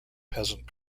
peasant